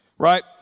right